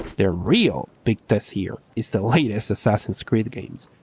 yeah real big test here is the latest assassin's creed games.